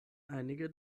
einige